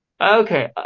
Okay